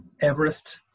Everest